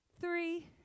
three